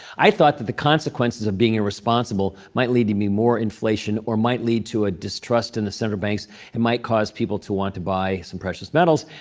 i thought that the consequences of being irresponsible might lead to me more inflation or might lead to a distrust in the central banks and might cause people to want to buy some precious metals.